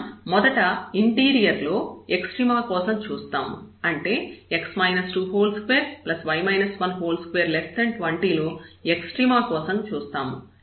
మనం మొదట ఇంటీరియర్ లో ఎక్స్ట్రీమ కోసం చూస్తాము అంటే 22 20 లో ఎక్స్ట్రీమ కోసం చూస్తాము